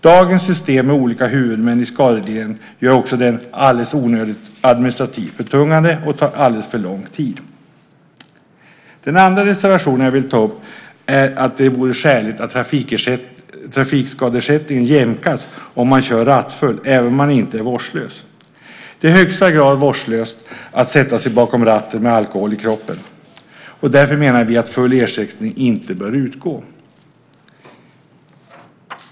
Dagens system med olika huvudmän i skaderegleringen gör också denna alldeles onödigt administrativt betungande, och den tar alldeles för lång tid. Den andra reservationen jag vill ta upp handlar om att det vore skäligt att trafikskadeersättningen jämkas om man kör rattfull även om man inte är vårdslös. Det är i högsta grad vårdslöst att sätta sig bakom ratten med alkohol i kroppen. Därför menar vi att full ersättning inte bör utgå.